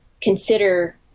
consider